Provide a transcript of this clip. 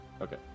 Okay